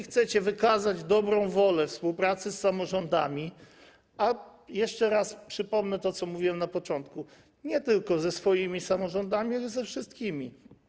Chcecie się wykazać dobrą wolą w przypadku współpracy z samorządami, ale jeszcze raz przypomnę to, o czym mówiłem na początku: nie tylko ze swoimi samorządami, ale ze wszystkimi.